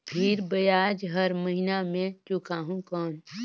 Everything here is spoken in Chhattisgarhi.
फिर ब्याज हर महीना मे चुकाहू कौन?